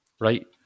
right